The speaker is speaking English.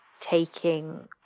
taking